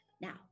Now